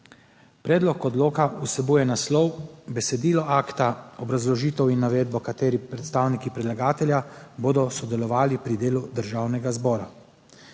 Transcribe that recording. Predlog odloka vsebuje naslov, besedilo akta, obrazložitev in navedbo kateri predstavniki predlagatelja bodo sodelovali pri delu Državnega zbora.